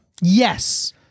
Yes